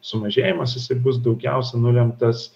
sumažėjimas jisai bus daugiausia nulemtas